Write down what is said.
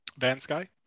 Vansky